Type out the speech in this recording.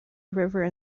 river